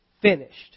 finished